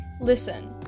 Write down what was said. listen